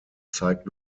zeigt